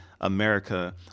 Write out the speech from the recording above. America